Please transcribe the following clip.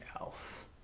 else